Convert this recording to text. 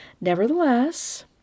Nevertheless